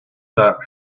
that